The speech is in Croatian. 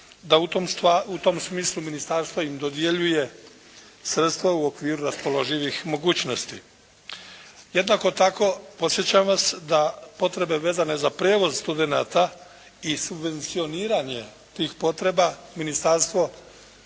da u tom smislu ministarstvo im dodjeljuje sredstva u okviru raspoloživih mogućnosti. Jednako tako podsjećam vas da potrebe vezane za prijevoz studenata i subvencioniranje tih potreba ministarstvo